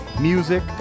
music